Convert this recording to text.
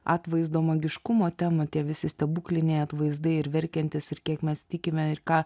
atvaizdo magiškumo temą tie visi stebukliniai atvaizdai ir verkiantys ir kiek mes tikime ir ką